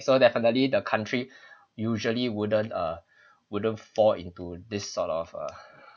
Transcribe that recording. so definitely the country usually wouldn't uh wouldn't fall into this sort of err